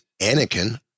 Anakin